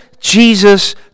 Jesus